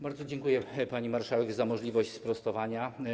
Bardzo dziękuję, pani marszałek, za możliwość sprostowania.